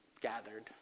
gathered